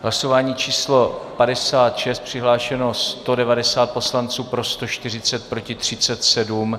Hlasování číslo 56, přihlášeno 190 poslanců, pro 140, proti 37.